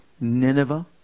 Nineveh